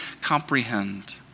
comprehend